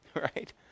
right